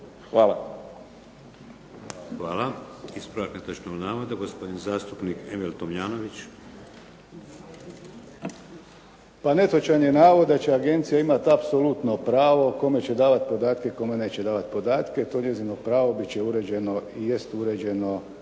(HDZ)** Hvala. Ispravak netočnog navoda, gospodin zastupnik Emil Tomljanović. **Tomljanović, Emil (HDZ)** Pa netočan je navod da će agencija imati apsolutno pravo kome će davati podatke, kome neće davati podatke. To njezino pravo biti će uređeno i jest uređeno